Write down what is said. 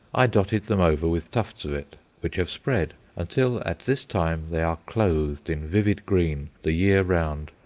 i dotted them over with tufts of it, which have spread, until at this time they are clothed in vivid green the year round,